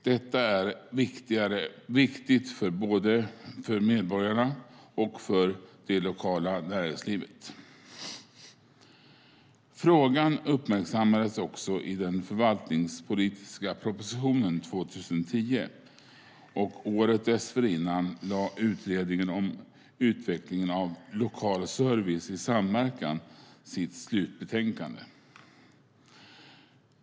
Detta är viktigt både för medborgarna och för det lokala näringslivet. Frågan uppmärksammades i den förvaltningspolitiska propositionen 2010, och året dessförinnan lade utredningen om utveckling av lokal service i samverkan fram sitt slutbetänkande.